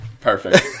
Perfect